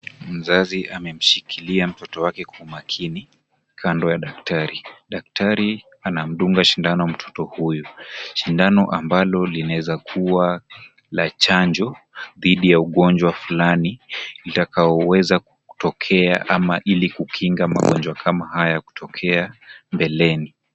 Mzazi amemshikilia mtoto wake kwa makini kando ya daktari. Daktari anamdunga sindano mtoto huyu, sindano amalo linaweza kuwa la chanjo dhidi ya ugonjwa fulani utakaoweza kutokea au kukinga magonjwa kama hayo kutokea mbeleni.